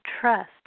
trust